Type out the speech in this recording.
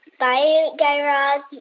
bye, guy raz.